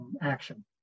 action